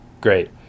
great